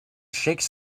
shakes